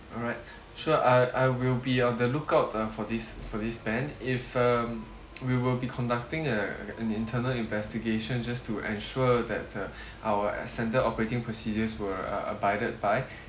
alright sure I I will be on the lookout uh for this for this man if um we will be conducting uh an internal investigation just to ensure that uh our standard operating procedures were uh abided by